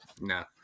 No